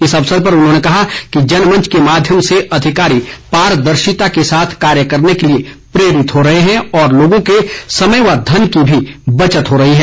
इस अवसर पर उन्होंने कहा कि जनमंच के माध्यम से अधिकारी पारदर्शिता के साथ कार्य करने के लिए प्रेरित हो रहे हैं और लोगों के समय व धन की बचत भी हो रही है